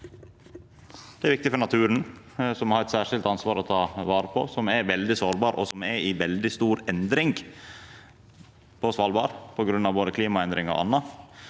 Det er viktig for naturen, som me har eit særskilt ansvar for å ta vare på, som er veldig sårbar, og som er i veldig stor endring på Svalbard på grunn av klimaendringar og anna.